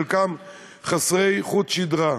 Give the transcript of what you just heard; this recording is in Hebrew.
חלקם חסרי חוט שדרה.